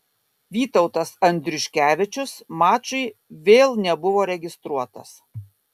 vytautas andriuškevičius mačui vėl nebuvo registruotas